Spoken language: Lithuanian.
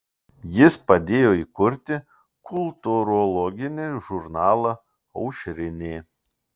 jis padėjo įkurti kultūrologinį žurnalą aušrinė